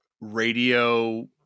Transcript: radio